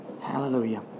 Hallelujah